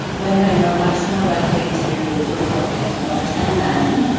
women were much more likely to report phantom odours than men.